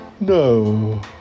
No